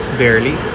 barely